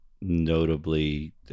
notably